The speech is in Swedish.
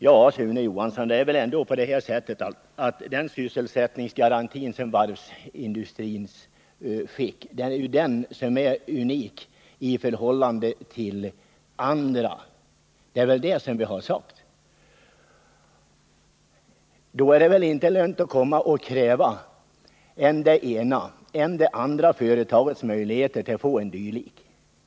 Men, Sune Johansson, det är ju den sysselsättningsgaranti som varvsindustrin fick som är unik, och det är det som vi har sagt. Då är det väl inte lönt att kräva att än det ena, än det andra företaget skall få en dylik garanti.